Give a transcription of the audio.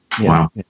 Wow